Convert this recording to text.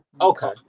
Okay